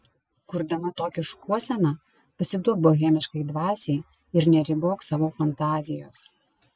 kurdama tokią šukuoseną pasiduok bohemiškai dvasiai ir neribok savo fantazijos